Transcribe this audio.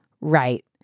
right